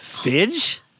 Fidge